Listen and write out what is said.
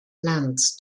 lands